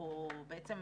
או בעצם